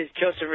Joseph